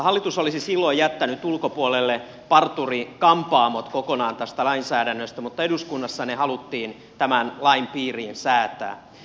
hallitus olisi silloin jättänyt parturi kampaamot kokonaan ulkopuolelle tästä lainsäädännöstä mutta eduskunnassa ne haluttiin tämän lain piiriin säätää